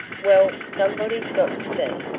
well, somebody's got to be.